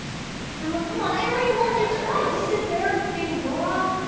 jesus, emma, come on. i already warned you twice! it's embarrassing, nora!